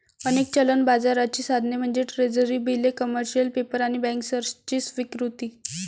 अनेक चलन बाजाराची साधने म्हणजे ट्रेझरी बिले, कमर्शियल पेपर आणि बँकर्सची स्वीकृती